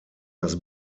das